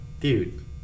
dude